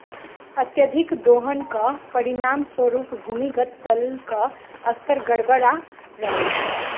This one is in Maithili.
अत्यधिक दोहनक परिणाम स्वरूप भूमिगत जलक स्तर गड़बड़ा रहल छै